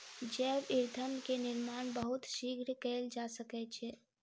जैव ईंधन के निर्माण बहुत शीघ्र कएल जा सकै छै